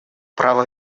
права